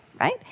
Right